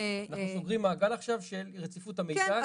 אנחנו סוגרים מעגל עכשיו של רציפות המידע.